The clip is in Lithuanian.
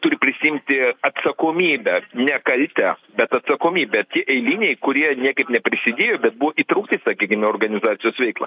turi prisiimti atsakomybę ne kaltę bet atsakomybę tie eiliniai kurie niekaip neprisidėjo bet buvo įtraukti sakykim į organizacijos veiklą